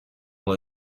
what